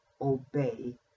obey